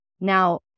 Now